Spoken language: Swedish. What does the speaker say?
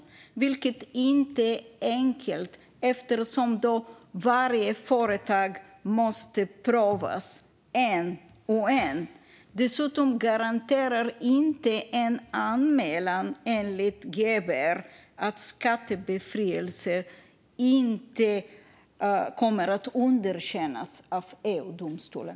Detta är inte enkelt, eftersom varje företag måste prövas ett och ett. Dessutom garanterar en anmälan enligt GBER inte att skattebefrielse inte kommer att underkännas av EU-domstolen.